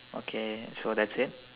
okay so that's it